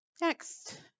Next